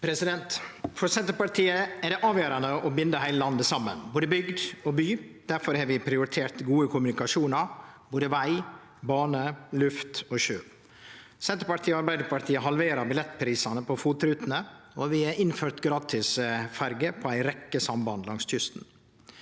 For Senterpartiet er det avgjerande å binde heile landet saman, både bygd og by. Difor har vi prioritert gode kommunikasjonar, både veg, bane, luft og sjø. Senterpartiet og Arbeidarpartiet halverer billettprisane på FOT-rutene, og vi har innført gratis ferjer på ei rekkje samband langs kysten.